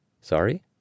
Sorry